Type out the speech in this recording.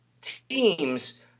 teams